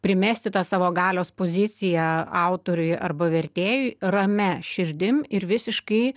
primesti tą savo galios poziciją autoriui arba vertėjui ramia širdim ir visiškai